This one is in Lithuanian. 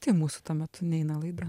tai mūsų tuo metu neina laida